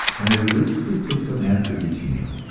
and i religiously took some after each meal.